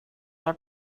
are